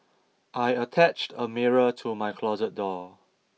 I attached a mirror to my closet door